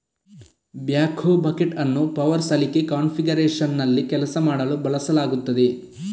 backhoe bucket ಅನ್ನು power ಸಲಿಕೆ ಕಾನ್ಫಿಗರೇಶನ್ನಲ್ಲಿ ಕೆಲಸ ಮಾಡಲು ಬಳಸಲಾಗುತ್ತದೆ